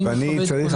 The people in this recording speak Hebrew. ואני צריך,